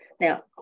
Now